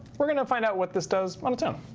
we're going to find out what this does on its own.